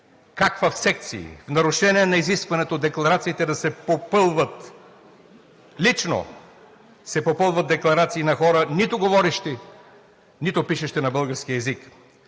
как в секции, в нарушение на изискването декларациите да се попълват лично, се попълват декларации на хора, нито говорещи, нито пишещи на български език.